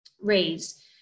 raise